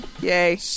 Yay